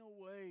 away